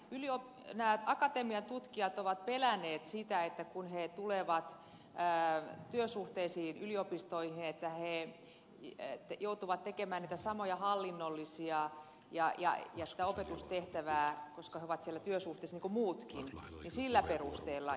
nämä akatemian tutkijat ovat pelänneet sitä että kun he tulevat työsuhteisiin yliopistoihin he joutuvat tekemään niitä samoja hallinnollisia tehtäviä ja opetustehtävää koska he ovat siellä työsuhteessa niin kuin muutkin sillä perusteella